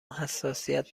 حساسیت